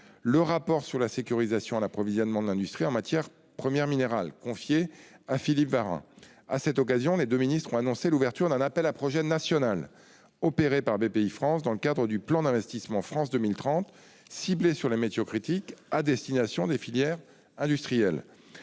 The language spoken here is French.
un rapport sur la sécurisation de l'approvisionnement de l'industrie en matières premières minérales. À cette occasion, les deux ministres avaient annoncé l'ouverture d'un appel à projets national, opéré par Bpifrance dans le cadre du plan d'investissement France 2030, et ciblé sur les métaux critiques à destination des filières industrielles.